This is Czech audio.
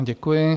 Děkuji.